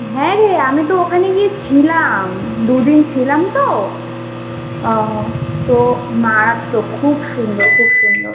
হ্যাঁ রে আমি তো ওখানে গিয়ে ছিলাম দু দিন ছিলাম তো তো মারাত্মক খুব সুন্দর খুব সুন্দর